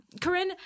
Corinne